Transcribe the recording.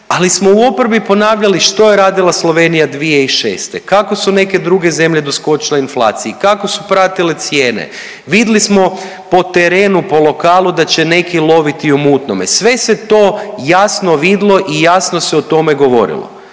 Ali smo u oporbi ponavljali što je radila Slovenija 2006., kako su neke druge zemlje doskočile inflaciji, kako su pratile cijene. Vidjeli smo po terenu, po lokalu da će neki loviti u mutnome, sve se to jasno vidlo i jasno se o tome govorilo.